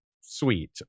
sweet